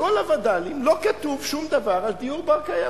בכל הווד"לים לא כתוב שום דבר על דיור בר-קיימא.